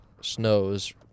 snows